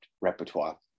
repertoire